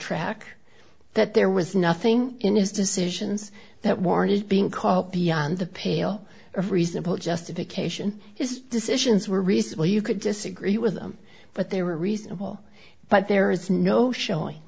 back that there was nothing in his decisions that warrant is being called beyond the pale of reasonable justification is decisions were reasonable you could disagree with them but they were reasonable but there is no showing